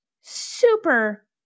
super